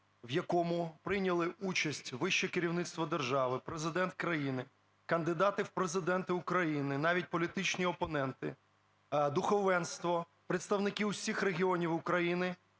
в якому прийняли участь вище керівництво держави, Президент країни, кандидати в президенти України, навіть політичні опоненти, духовенство, представники всіх регіонів України.